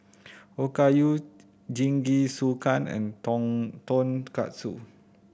Okayu Jingisukan and Tonkatsu